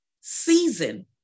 season